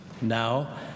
now